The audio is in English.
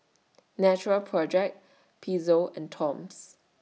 Natural Project Pezzo and Toms